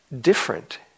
different